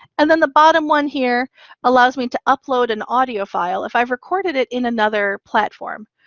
and then the bottom one here allows me to upload an audio file if i've recorded it in another platform.